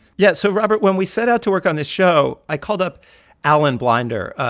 yeah. so robert, when we set out to work on this show, i called up alan blinder.